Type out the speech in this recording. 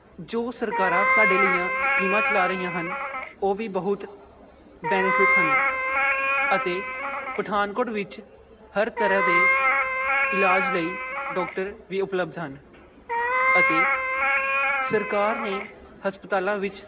ਜੋ ਸਰਕਾਰਾਂ ਸਾਡੇ ਲਈ ਆ ਸਕੀਮਾਂ ਚਲਾ ਰਹੀਆਂ ਹਨ ਉਹ ਵੀ ਬਹੁਤ ਬੈਨੀਫਿਟ ਹਨ ਅਤੇ ਪਠਾਨਕੋਟ ਵਿੱਚ ਹਰ ਤਰ੍ਹਾਂ ਦੇ ਇਲਾਜ ਲਈ ਡਾਕਟਰ ਵੀ ਉਪਲੱਬਧ ਹਨ ਅਤੇ ਸਰਕਾਰ ਨੇ ਹਸਪਤਾਲਾਂ ਵਿਚ